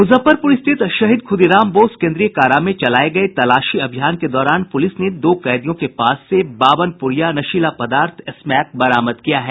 मुजफ्फरपुर स्थित शहीद खुदीराम बोस केन्द्रीय कारा में चलाये गये तलाशी अभियान के दौरान पुलिस ने दो कैदियों के पास से बावन पुड़िया नशीला पदार्थ स्मैक बरामद किया है